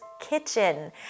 kitchen